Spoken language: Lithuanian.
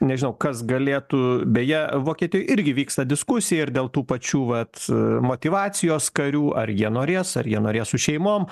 nežinau kas galėtų beje vokietijoj irgi vyksta diskusija ir dėl tų pačių vat motyvacijos karių ar jie norės ar jie norės su šeimom